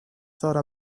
thought